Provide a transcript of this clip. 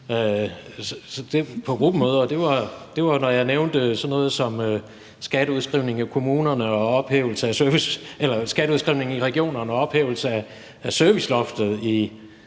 Nielsen, på gruppemøder, så var det, når jeg nævnte sådan noget som skatteudskrivning i regionerne og ophævelse af serviceloftet i